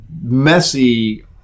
messy